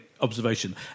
observation